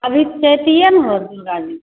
अभी छठिये ने होत दिवाली